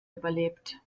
überlebt